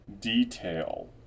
detail